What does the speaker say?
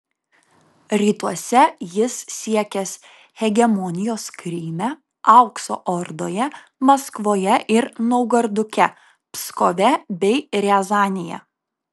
rytuose jis siekęs hegemonijos kryme aukso ordoje maskvoje ir naugarduke pskove bei riazanėje